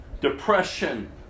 depression